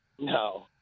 No